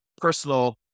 personal